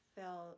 felt